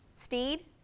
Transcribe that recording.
steed